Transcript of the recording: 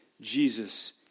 Jesus